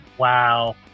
Wow